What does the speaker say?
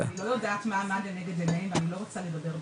אני לא יודעת מה עמד לנגד עיניהם ואני לא רוצה לדבר בשמם.